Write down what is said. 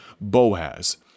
Boaz